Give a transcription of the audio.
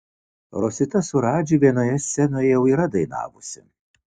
rosita su radži vienoje scenoje jau yra dainavusi